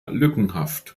lückenhaft